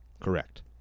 Correct